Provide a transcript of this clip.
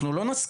אנחנו לא נסכים,